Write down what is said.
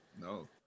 No